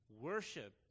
worship